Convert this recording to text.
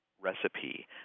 recipe